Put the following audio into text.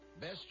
Best